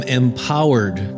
empowered